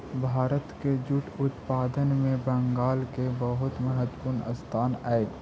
भारत के जूट उत्पादन में बंगाल के बहुत महत्त्वपूर्ण स्थान हई